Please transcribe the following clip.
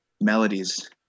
melodies